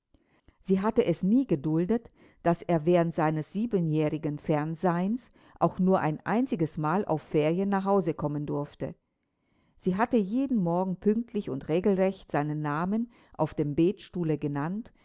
sie hatte es nie geduldet daß er während seines siebenjährigen fernseins auch nur ein einziges mal auf ferien nach hause kommen durfte sie hatte jeden morgen pünktlich und regelrecht seinen namen auf dem betstuhle genannt